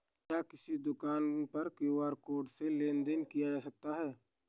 क्या किसी दुकान पर क्यू.आर कोड से लेन देन देन किया जा सकता है?